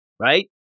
Right